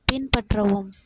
பின்பற்றவும்